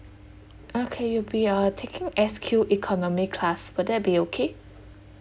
okay you'll be uh taking S_Q economy class will that be okay